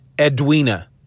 Edwina